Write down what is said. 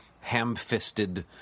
ham-fisted